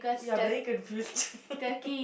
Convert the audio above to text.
ya very confused